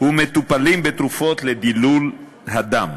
ומטופלים בתרופות לדילול הדם.